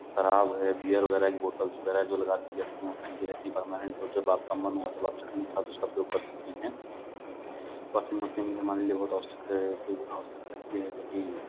शराब है बियर वगैरह की बोतल्स वगैरह जो लगा दी जाती हैं वो ठंडी रहती हैं परमानेन्ट और जब आपका मन हुआ तब आप चखने के साथ उसका प्रयोग कर सकते हैं वाशिंग मशीन भी हमारे लिए बहुत आवश्यक है क्योंकि आवश्यक रहती है क्योंकि